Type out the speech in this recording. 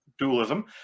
dualism